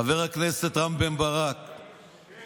חבר הכנסת רם בן ברק, כן.